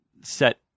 set